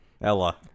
Ella